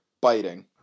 biting